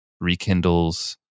rekindles